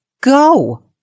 Go